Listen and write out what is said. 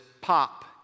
pop